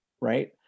right